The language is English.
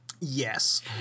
Yes